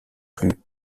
plus